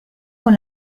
con